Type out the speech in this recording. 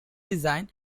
design